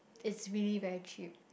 it's really very cheap